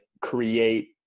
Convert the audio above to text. create